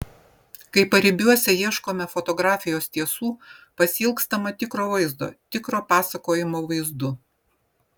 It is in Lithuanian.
kai paribiuose ieškome fotografijos tiesų pasiilgstama tikro vaizdo tikro pasakojimo vaizdu